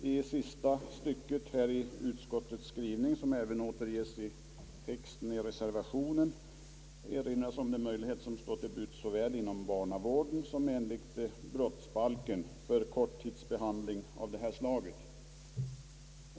I sista stycket i utskottets skrivning, som även återges i reservationens text, erinras om de möjligheter som står till buds såväl inom barnavården som enligt brottsbalken för korttidsbehandling av detta slag.